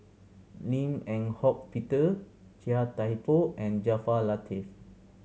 Lim Eng Hock Peter Chia Thye Poh and Jaafar Latiff